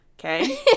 Okay